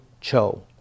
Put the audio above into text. Cho